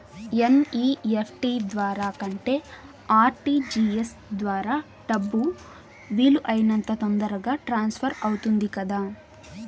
NEFT ద్వారా కంటే RTGS ద్వారా డబ్బు వీలు అయినంత తొందరగా ట్రాన్స్ఫర్ అవుతుంది కదా